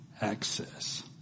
access